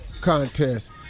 contest